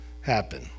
happen